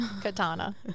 Katana